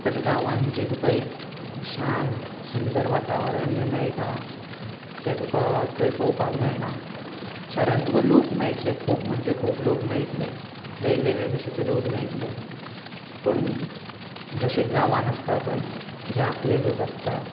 but गांवांत जी तुका एक शांत सुंदर वातावरण जें मेळटा तें तुका थंय पळोवपाक मेळना शारांत तुका लोक मेळटले खूब म्हणजे खूब लोक मेळटले वेग वेगळे भाशेचे लोक मेळटले पूण जशें गांवांत आसता पळय जे आपले लोक आसता